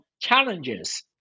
challenges